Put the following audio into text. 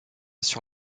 sur